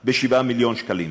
7 מיליון שקלים?